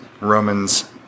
Romans